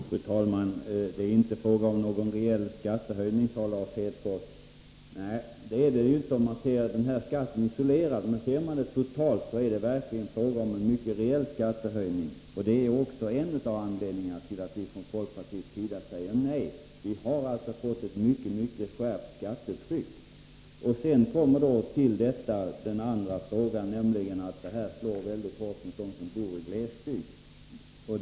Fru talman! Det är inte fråga om någon reell skattehöjning, sade Lars Hedfors. Nej, det är det ju inte om man ser den här skatten isolerad. Men ser man det hela totalt är det verkligen fråga om en mycket reell skattehöjning. Det är också en av anledningarna till att vi från folkpartiets sida säger nej. Vi har alltså fått en kraftig skärpning av skattetrycket. Till detta kommer att detta slår mycket hårt mot dem som bor i glesbygd.